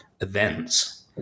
events